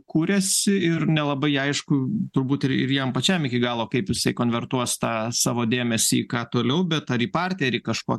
kuriasi ir nelabai aišku turbūt ir ir jam pačiam iki galo kaip jisai konvertuos tą savo dėmesį ką toliau bet ar į parterį kažkokį